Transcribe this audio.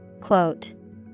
Quote